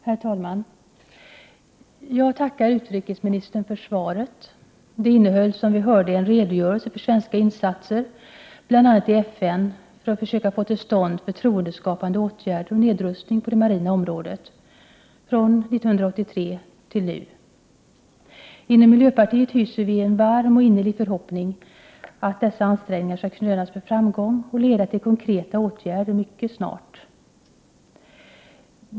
Herr talman! Jag tackar utrikesministern för svaret. Det innehöll, som vi hörde, en redogörelse för svenska insatser bl.a. i FN för att söka få till stånd förtroendeskapande åtgärder och nedrustning på det marina området från 1983 till nu. Inom miljöpartiet hyser vi en varm och innerlig förhoppning att dessa ansträngningar skall krönas med framgång och leda till konkreta åtgärder mycket snart.